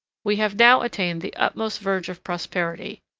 we have now attained the utmost verge of prosperity,